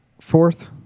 fourth